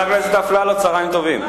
חבר הכנסת אפללו, צהריים טובים.